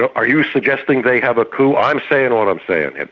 are you suggesting they have a coup? i'm saying what i'm saying here.